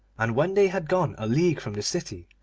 and when they had gone a league from the city,